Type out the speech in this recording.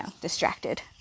distracted